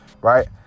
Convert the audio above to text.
right